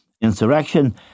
insurrection